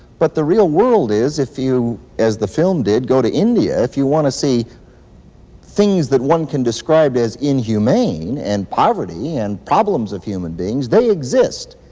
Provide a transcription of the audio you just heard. but the real world is, if you, as the film did, go to india, if you want to see things that one can describe as inhumane, and poverty, and problems of human beings, they exist.